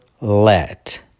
let